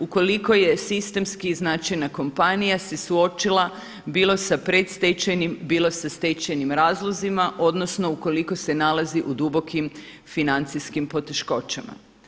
Ukoliko je sistemski značajna kompanija se suočila bilo sa predstečajnim, bilo sa stečajnim razlozima, odnosno ukoliko se nalazi u dubokim financijskim poteškoćama.